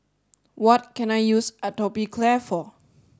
what can I use Atopiclair for